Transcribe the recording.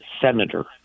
senator